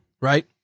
right